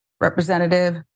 Representative